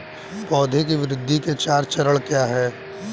पौधे की वृद्धि के चार चरण क्या हैं?